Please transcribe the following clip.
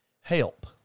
help